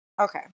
Okay